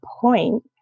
point